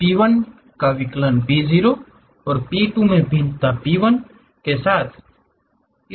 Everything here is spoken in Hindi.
P 1 का विकलन P 0 और P 2 में भिन्नता P 1 के साथ है